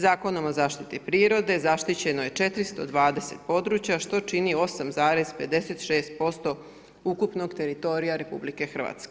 Zakonom o zaštiti prirode zaštićeno je 420 područja što čini 8,56% ukupnog teritorija RH.